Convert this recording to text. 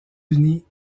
unis